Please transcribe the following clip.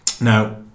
Now